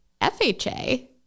FHA